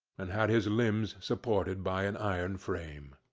and had his limbs supported by an iron frame!